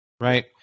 Right